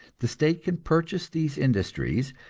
the state can purchase these industries,